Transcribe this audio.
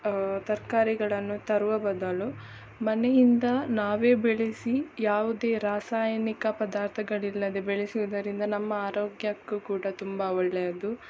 ತರಕಾರಿಗಳನ್ನು ತರುವ ಬದಲು ಮನೆಯಿಂದ ನಾವೇ ಬೆಳೆಸಿ ಯಾವುದೇ ರಾಸಾಯನಿಕ ಪದಾರ್ಥಗಳಿಲ್ಲದೆ ಬೆಳೆಸುವುದರಿಂದ ನಮ್ಮ ಆರೋಗ್ಯಕ್ಕೂ ಕೂಡ ತುಂಬ ಒಳ್ಳೆಯದು